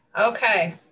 okay